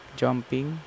jumping